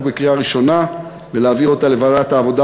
בקריאה ראשונה ולהעביר אותה לוועדת העבודה,